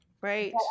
Right